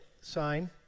sign